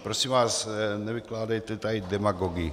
Prosím vás, nevykládejte tady demagogii.